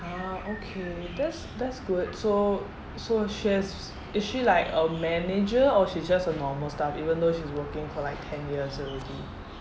ah okay that's that's good so so she has is she like a manager or she's just a normal staff even though she's working for like ten years already